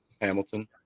Hamilton